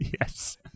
yes